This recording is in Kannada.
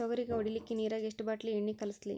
ತೊಗರಿಗ ಹೊಡಿಲಿಕ್ಕಿ ನಿರಾಗ ಎಷ್ಟ ಬಾಟಲಿ ಎಣ್ಣಿ ಕಳಸಲಿ?